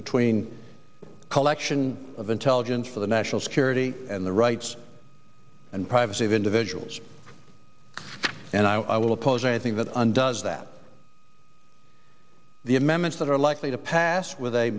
between collection of intelligence for the national security and the rights and privacy of individuals and i will oppose anything that undoes that the amendments that are likely to pass with a